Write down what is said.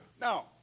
Now